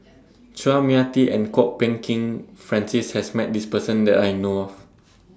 Chua Mia Tee and Kwok Peng Kin Francis has Met This Person that I know of